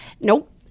nope